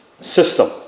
system